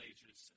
Ages